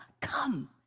come